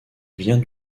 vient